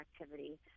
activity